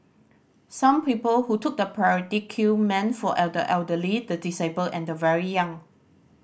some people who took the priority queue meant for elder elderly the disabled and the very young